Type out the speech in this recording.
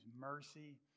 mercy